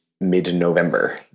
mid-November